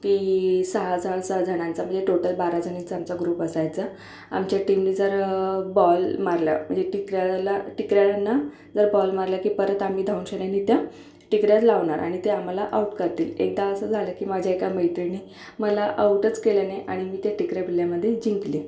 की सहा सहा जणांचा म्हणजे टोटल बारा जणींचा आमचा ग्रुप असायचा आमच्या टीमने जर बॉल मारला म्हणजे टिकऱ्याला टिकऱ्यांना जर बॉल मारला की परत आम्ही धावूनशन्यानी त्या टिकऱ्या लावणार आणि त्या आम्हाला आऊट करतील एकदा असं झालं की माझ्या एका मैत्रिणीने मला आऊटच केलं नाही आणि मी त्या टिकऱ्या विल्ल्यामध्ये जिंकले